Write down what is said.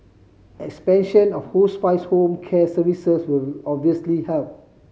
expansion of hospice home care services will obviously help